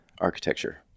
architecture